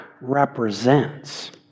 represents